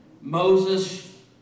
Moses